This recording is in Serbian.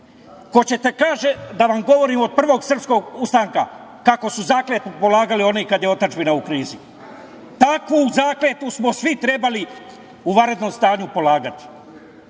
Hoćete da vam govorim od Prvog srpskog ustanka kakvu su zakletvu polagali oni kada je otadžbina u krizi. Takvu zakletvu smo svi trebali u vanrednom stanju polagati.